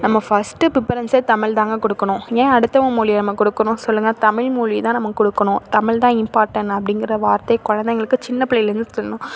நம்ம ஃபஸ்ட்டு பிஃபரன்ஸே தமிழ்தாங்க கொடுக்கணும் ஏன் அடுத்தவங்க மொழிய நம்ம கொடுக்கணும் சொல்லுங்க தமிழ்மொழி தான் நம்ம கொடுக்கணும் தமிழ்தான் இம்பார்ட்டண் அப்படிங்கிற வார்த்தை குழந்தைங்களுக்கு சின்ன பிள்ளைலேருந்து சொல்லணும்